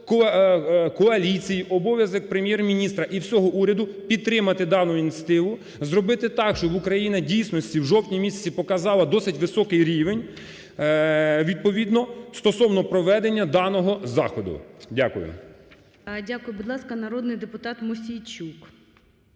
Дякую. Будь ласка, народний депутат Мосійчук.